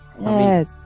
Yes